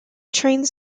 trains